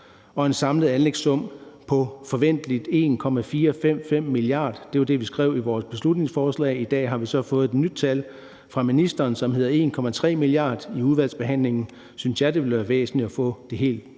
og en samlet anlægssum på forventeligt 1,455 mia. kr. Det var det, vi skrev i vores beslutningsforslag, men i dag har vi så fået et nyt tal fra ministeren, som hedder 1,3 mia. kr. I udvalgsbehandlingen synes jeg det ville være væsentligt at få det helt